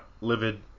livid